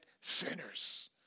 sinners